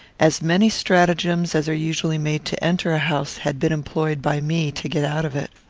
as many stratagems as are usually made to enter a house had been employed by me to get out of it.